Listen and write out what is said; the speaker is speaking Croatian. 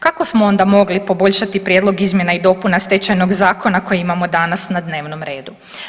Kako smo onda mogli poboljšati Prijedlog izmjena i dopuna Stečajnog zakona koji imamo danas na dnevnom redu?